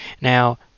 now